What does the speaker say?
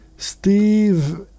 Steve